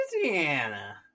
Louisiana